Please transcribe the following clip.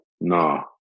no